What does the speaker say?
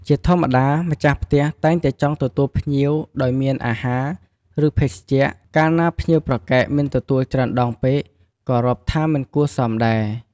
ជាធម្មតា ម្ចាស់ផ្ទះតែងតែចង់ទទួលភ្ញៀវដោយមានអាហារ ឬ ភេសជ្ជៈ កាលណាភ្ញៀវប្រកែកមិនទទួលច្រើនដងពេកក៏រាប់ថាមិនគួរសមដែរ។